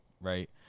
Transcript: right